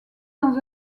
dans